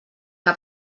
que